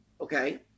okay